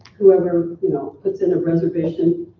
whoever you know puts in a reservation,